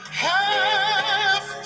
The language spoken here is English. half